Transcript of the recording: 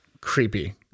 Creepy